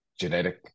genetic